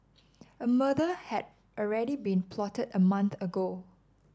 a murder had already been plotted a month ago